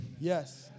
Yes